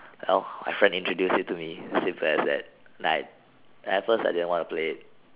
well my friend introduced it to me simple as that night and at first I didn't want to play it